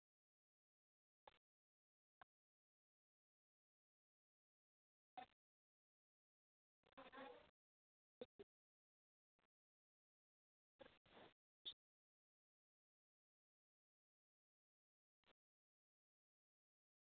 சரிங்க சார் எட்டு மணிக்கு நாங்கள் வந்துடுறோம் சார் அப்பறம் சாப்பாடு எங்களுக்கு எப்படி நீங்கள் அரேஞ்சு பண்ணி தரீங்களா இல்லை நாங்கள் இது எங்கே ஆனால் அந்நேரத்தில் நாங்கள் சமைத்து எடுத்துட்டு வரது கொஞ்சம் சேரமம் ஒரு ஒம்பது மணிக்கு வந்தால் நாங்கள் சாப்பாடு கொண்டு வந்துடுவோம் ஏன்னா எட்டு மணிக்கு வரதுனால் நாங்கள் ஒரு ஏழு மணிக்கு கிளம்புனாதான் நாங்கள் அங்கே எட்டு மணிக்கு கரெக்டாக வர முடியும்